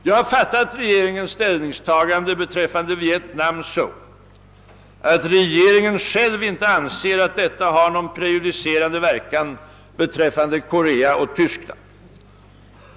Jag har fattat regeringens ställningstagande i fråga om Vietnam så, att regeringen själv inte anser att detta ställningstagande har någon prejudicerande verkan beträffande Korea och Tyskland.